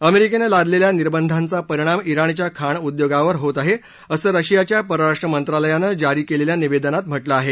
अमेरिकेनं लादलेल्या निर्बंधांचा परिणाम जिणच्या खाण उद्योगावर होत आहे असं रशियाच्या परराष्ट्र मंत्रालयानं जारी केलेल्या निवेदनात म्हटलं आहे